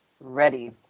ready